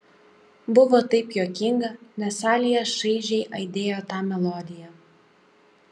buvo taip juokinga nes salėje šaižiai aidėjo ta melodija